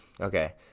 Okay